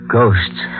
Ghosts